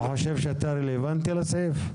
אתה חושב שאתה רלוונטי לסעיף?